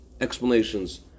explanations